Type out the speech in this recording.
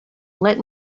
let